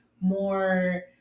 more